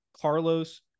Carlos